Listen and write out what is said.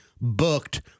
booked